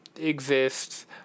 exists